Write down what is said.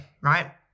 right